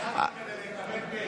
הגשת כדי לקבל פ'.